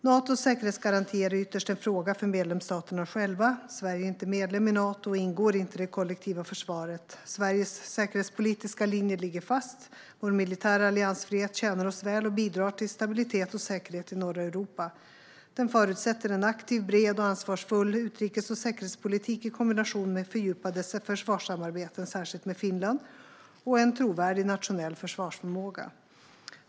Natos säkerhetsgarantier är ytterst en fråga för medlemsstaterna själva. Sverige är inte medlem i Nato och ingår inte i det kollektiva försvaret. Sveriges säkerhetspolitiska linje ligger fast. Vår militära alliansfrihet tjänar oss väl och bidrar till stabilitet och säkerhet i norra Europa. Den förutsätter en aktiv, bred och ansvarsfull utrikes och säkerhetspolitik i kombination med fördjupade försvarssamarbeten, särskilt med Finland, och en trovärdig nationell försvarsförmåga.